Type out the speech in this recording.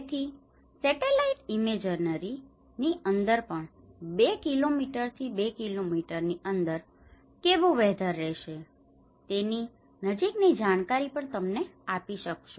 તેથી satellite imaginary ની અંદર પણ 2 કિલોમીટર થી 2 કિલોમીટર ની અંદર કેવું વેધર રહેશે તેની નજીક ની જાણકારી પણ તમને આપી શકશે